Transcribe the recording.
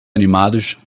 animados